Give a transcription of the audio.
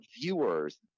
viewers